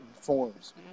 forms